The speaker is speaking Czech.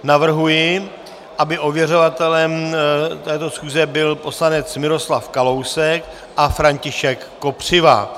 Navrhuji, aby ověřovatelem této schůze byl poslanec Miroslav Kalousek a František Kopřiva.